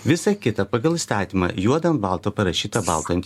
visa kita pagal įstatymą juodu ant balto parašyta baltą ant